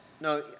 no